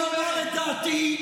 אני אומר את דעתי.